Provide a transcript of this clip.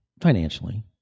Financially